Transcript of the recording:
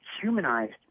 humanized